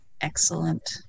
excellent